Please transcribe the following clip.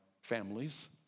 Families